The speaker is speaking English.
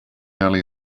early